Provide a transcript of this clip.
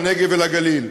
לנגב ולגליל.